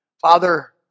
Father